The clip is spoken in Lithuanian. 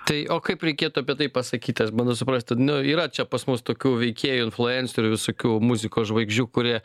tai o kaip reikėtų apie tai pasakyti aš bandau suprasti nu yra čia pas mus tokių veikėjų influencerių visokių muzikos žvaigždžių kurie